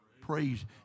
Praise